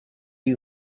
die